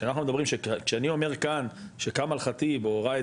כשאנחנו מדברים כשאני אומר כאן שכאמל חטיב או ראאד